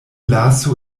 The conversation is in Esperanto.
lasu